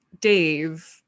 Dave